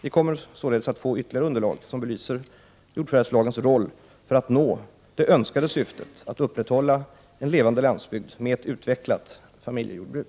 Vi kommer således att få ytterligare underlag som belyser jordförvärvslagens roll för att nå det önskade syftet att upprätthålla en levande landsbygd med ett utvecklat familjejordbruk.